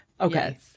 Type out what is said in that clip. Okay